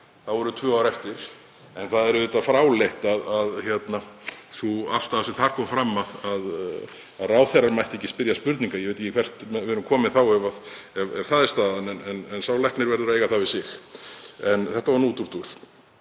að þá eru tvö ár eftir. En það er auðvitað fráleit sú afstaða sem þar kom fram, að ráðherrar mættu ekki spyrja spurninga. Ég veit ekki hvert við erum komin ef það er staðan, en sá læknir verður að eiga það við sig. En þetta var nú útúrdúr.